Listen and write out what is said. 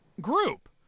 group